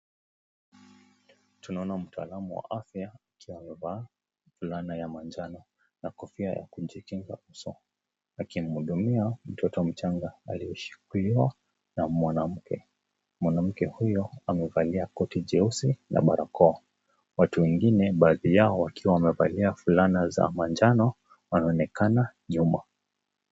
Tunaona mtaalam wa afya akiwa amevaa fulana ya manjano na kofia ya kujikinga uso akimhudumia mtoto mchanga alishikiliwa na mwanamke. Mwanamke huyo amevalia koti jeusi na barakoa. Watu wengine baadhi yao wakiwa wamevalia fulana za manjano wanaonekana nyuma.